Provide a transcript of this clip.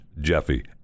Jeffy